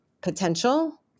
potential